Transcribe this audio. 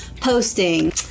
posting